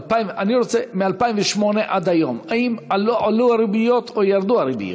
אני רוצה מ-2008 ועד היום: האם עלו הריביות או ירדו הריביות?